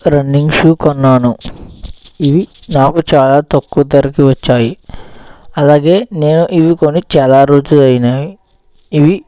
running shoe కొన్నాను ఇవి నాకు చాలా తక్కువ ధరకే వచ్చాయి అలాగే నేను ఇవి కొని చాలా రోజులు అయినాయి ఇవి